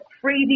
crazy